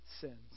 sins